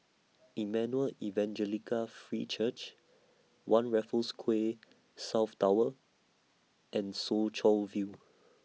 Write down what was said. Emmanuel Evangelical Free Church one Raffles Quay South Tower and Soo Chow View